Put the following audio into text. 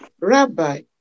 Rabbi